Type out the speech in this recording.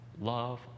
love